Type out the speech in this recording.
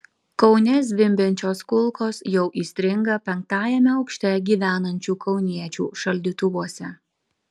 kaune zvimbiančios kulkos jau įstringa penktajame aukšte gyvenančių kauniečių šaldytuvuose